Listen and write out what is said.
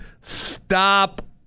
Stop